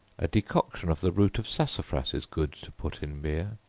a decoction of the root of sassafras is good to put in beer.